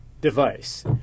device